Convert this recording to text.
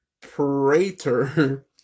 Prater